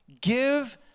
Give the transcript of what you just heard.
Give